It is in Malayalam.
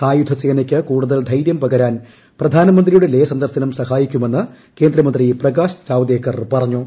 സായുധ സേനയ്ക്ക് കൂടുതൽ ധൈര്യം പകരാൻ പ്രധാനമന്ത്രിയുടെ ലേ സന്ദർശനം സഹായിക്കുമെന്ന് കേന്ദ്ര മന്ത്രി പ്രകാശ് ജാവ്ദേക്കർ പറഞ്ഞു